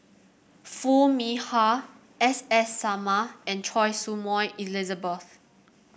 Foo Mee Har S S Sarma and Choy Su Moi Elizabeth